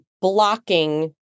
blocking